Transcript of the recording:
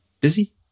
busy